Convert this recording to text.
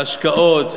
ההשקעות,